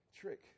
trick